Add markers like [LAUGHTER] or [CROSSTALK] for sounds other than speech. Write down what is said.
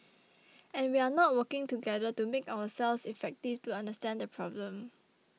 [NOISE] and we are not working together to make ourselves effective to understand the problem